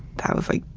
that was like,